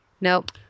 Nope